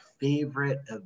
favorite